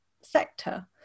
sector